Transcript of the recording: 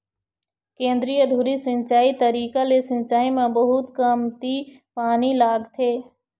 केंद्रीय धुरी सिंचई तरीका ले सिंचाई म बहुत कमती पानी लागथे